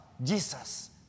Jesus